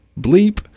bleep